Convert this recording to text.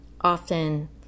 Often